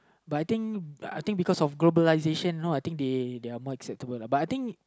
but I think I think because of globalisation you know I think they are more acceptable lah but I think